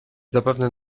zapewne